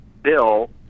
bill